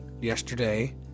yesterday